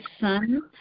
son